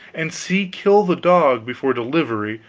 and c kill the dog before delivery,